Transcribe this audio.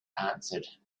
answered